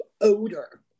odor